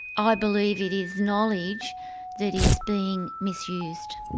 i believe it is knowledge that is being misused.